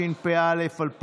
לא רק